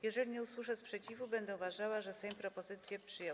Jeżeli nie usłyszę sprzeciwu, będę uważała, że Sejm propozycję przyjął.